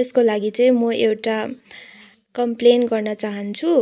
यसको लागि चाहिँ म एउटा कमप्लेन गर्न चाहन्छु